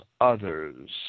others